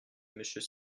monsieur